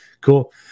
Cool